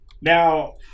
Now